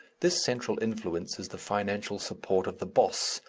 this central influence is the financial support of the boss,